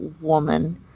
woman